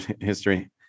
history